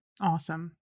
Awesome